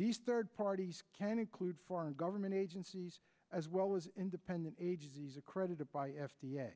these third parties can include foreign government agencies as well as independent agencies accredited by f d a